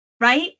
right